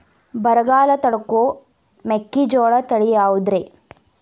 ಬರಗಾಲ ತಡಕೋ ಮೆಕ್ಕಿಜೋಳ ತಳಿಯಾವುದ್ರೇ?